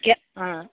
ꯑꯥ